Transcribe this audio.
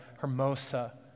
Hermosa